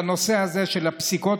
בנושא הזה של הפסיקות,